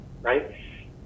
right